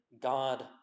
God